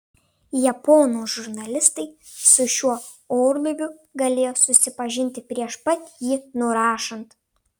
japonų žurnalistai su šiuo orlaiviu galėjo susipažinti prieš pat jį nurašant